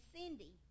Cindy